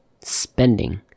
spending